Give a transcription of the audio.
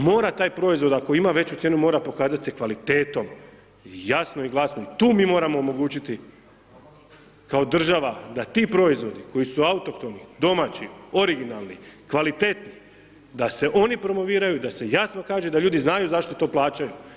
A mora taj proizvod ako ima veću cijenu, mora pokazat se kvalitetom, jasno i glasno i tu mi moramo omogućiti kao država da ti proizvodi koji su autohtoni, domaći, originalni, kvalitetni da se oni promoviraju, da se jasno kaže da ljudi znaju zašto to plaćaju.